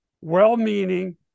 well-meaning